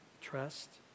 Trust